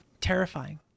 Terrifying